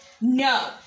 No